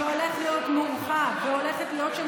שהולך להיות מורחב והולכת להיות שם